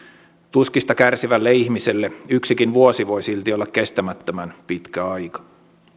tuskista kärsivälle ihmiselle yksikin vuosi voi silti olla kestämättömän pitkä aika